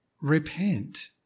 repent